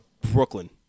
Brooklyn